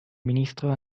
ministro